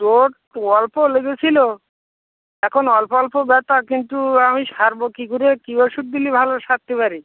চোট অল্প লেগেছিল এখন অল্প অল্প ব্যথা কিন্তু আমি সারব কী করে কী ওষুধ দিলে ভালো সারতে পারে